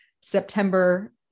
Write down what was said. September